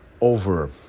over